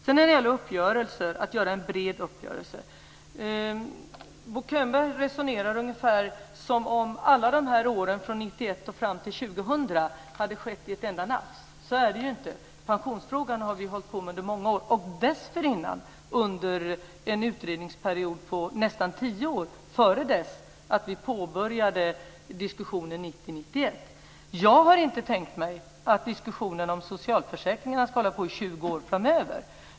Sedan handlade det om att göra en bred uppgörelse. Bo Könberg resonerar ungefär som om alla åren från 1991 och fram till 2000 har gått i ett enda nafs. Så är det ju inte. Vi har ju hållit på med pensionsfrågan under många år, och dessförinnan hade vi en utredningsperiod på nästan tio år innan vi påbörjade diskussionen 1990-1991. Jag har inte tänkt mig att diskussionen om socialförsäkringarna ska hålla på i 20 år framöver.